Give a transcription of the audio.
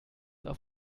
auf